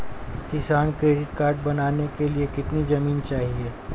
किसान credit card बनाने के लिए कितनी जमीन चाहिए?